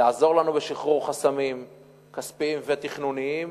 לעזור לנו בשחרור חסמים כספיים ותכנוניים,